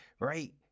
right